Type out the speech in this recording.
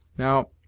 now,